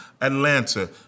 Atlanta